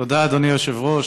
תודה, אדוני היושב-ראש.